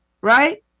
Right